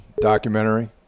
documentary